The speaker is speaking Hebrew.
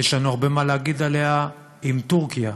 שיש לנו הרבה מה להגיד עליה, עם טורקיה,